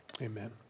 Amen